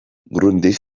grundig